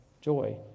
joy